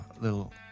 little